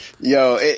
Yo